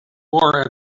wore